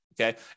okay